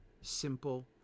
simple